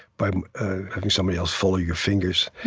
by having somebody else follow your fingers.